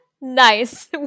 nice